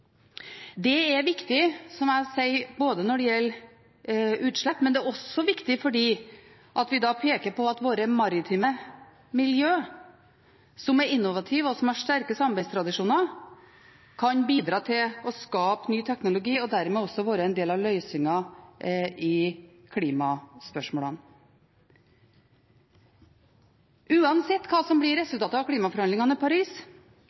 Det er viktig, som jeg sier, når det gjelder utslipp, men det er også viktig fordi vi da peker på at våre maritime miljøer, som er innovative og har sterke samarbeidstradisjoner, kan bidra til å skape ny teknologi og dermed også være en del av løsningen i klimaspørsmålene. Uansett hva som blir resultatet av klimaforhandlingene i Paris,